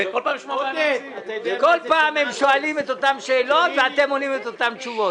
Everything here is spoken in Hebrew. כל פעם הם שואלים את אותן שאלות ואתם עונים את אותן תשובות.